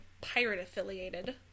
pirate-affiliated